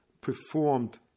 performed